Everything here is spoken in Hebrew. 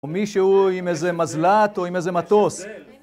או מישהו עם איזה מזל״ט או עם איזה מטוס